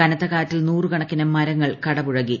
കനത്ത കാറ്റിൽ നൂറുകണക്കിന് മരങ്ങൾ കടപുഴകി